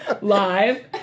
Live